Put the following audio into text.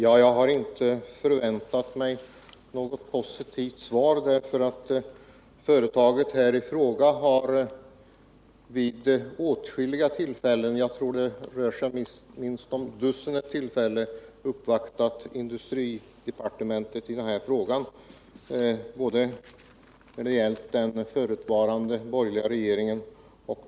F. n. pågår diskussioner om ett samgående mellan Gränges Nyby AB och rostfridelen av Uddeholm AB:s stålrörelse. Det finns anledning att frukta att detta kan medföra allvarliga sysselsättningskonsekvenser för Nybys del.